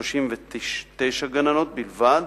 39 גננות בלבד.